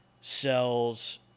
sells